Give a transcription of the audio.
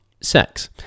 sex